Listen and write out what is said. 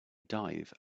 dive